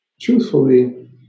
truthfully